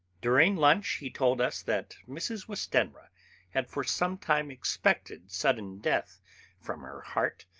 during lunch he told us that mrs. westenra had for some time expected sudden death from her heart,